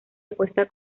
apuesta